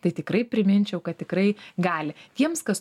tai tikrai priminčiau kad tikrai gali tiems kas